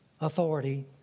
authority